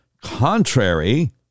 contrary